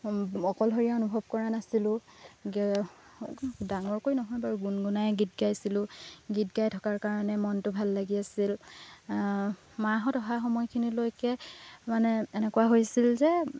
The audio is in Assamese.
অকলশৰীয়া অনুভৱ কৰা নাছিলোঁ ডাঙৰকৈ নহয় বাৰু গুণগুণাই গীত গাইছিলোঁ গীত গাই থকাৰ কাৰণে মনটো ভাল লাগি আছিল মাহঁত অহা সময়খিনিলৈকে মানে এনেকুৱা হৈছিল যে